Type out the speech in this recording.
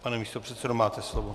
Pane místopředsedo, máte slovo.